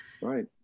right